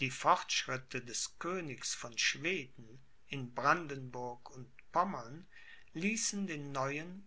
die fortschritte des königs von schweden in brandenburg und pommern ließen den neuen